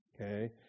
okay